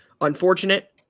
unfortunate